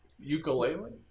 ukulele